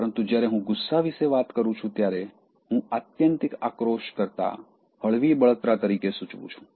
પરંતુ જ્યારે હું ગુસ્સા વિશે વાત કરું છું ત્યારે હું આત્યંતિક આક્રોશ કરતાં હળવી બળતરા તરીકે સૂચવું છું